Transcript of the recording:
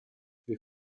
wir